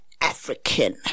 African